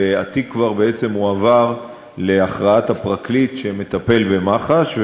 והתיק כבר הועבר להכרעת הפרקליט המטפל במח"ש,